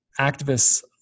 activists